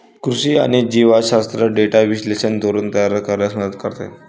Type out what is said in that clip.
कृषी आणि जीवशास्त्र डेटा विश्लेषण धोरण तयार करण्यास मदत करते